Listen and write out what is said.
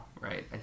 right